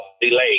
delayed